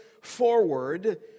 forward